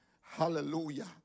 Hallelujah